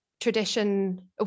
tradition